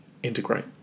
integrate